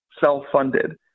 self-funded